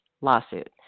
lawsuit